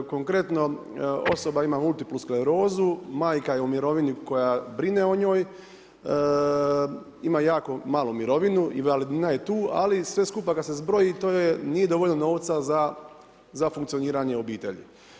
Konkretno, osoba ima multiplu sklerozu, majka je u mirovini koja brine o njoj ima jako malu mirovinu, invalidnina je tu ali sve skupa kada se zbroji nije dovoljno novca za funkcioniranje obitelji.